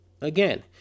Again